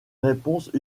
réponse